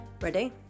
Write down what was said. Ready